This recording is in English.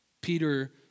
Peter